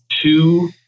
two